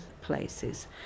places